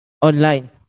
online